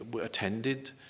attended